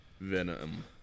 Venom